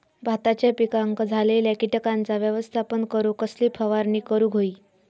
भाताच्या पिकांक झालेल्या किटकांचा व्यवस्थापन करूक कसली फवारणी करूक होई?